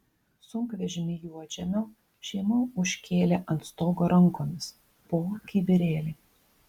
sunkvežimį juodžemio šeima užkėlė ant stogo rankomis po kibirėlį